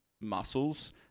muscles